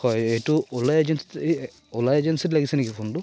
হয় এইটো Ola agency Ola এজেঞ্চিত লাগিছে নেকি ফোনটো